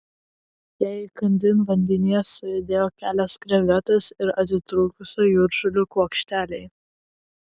jai įkandin vandenyje sujudėjo kelios krevetės ir atitrūkusių jūržolių kuokšteliai